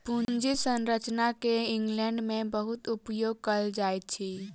पूंजी संरचना के इंग्लैंड में बहुत उपयोग कएल जाइत अछि